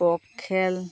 পক খেল